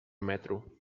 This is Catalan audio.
metro